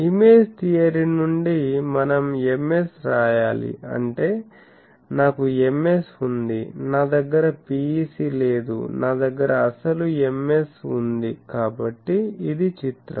image theory నుండి మనం Ms రాయాలి అంటే నాకు Ms ఉంది నా దగ్గర PEC లేదు నా దగ్గర అసలు Ms ఉంది కాబట్టి ఇది చిత్రం